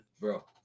Bro